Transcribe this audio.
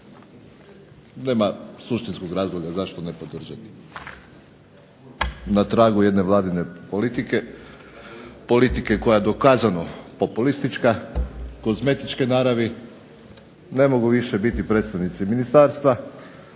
Nema suštinskog razloga zašto ne podržati. Na tragu jedne vladine politike, politike koja dokazano populistička, kozmetičke naravi, ne mogu više biti predstavnici ministarstva,